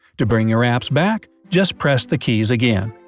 to bring your apps back, just press the keys again.